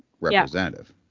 representative